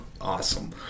Awesome